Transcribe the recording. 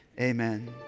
amen